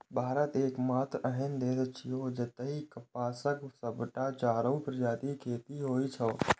भारत एकमात्र एहन देश छियै, जतय कपासक सबटा चारू प्रजातिक खेती होइ छै